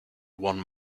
one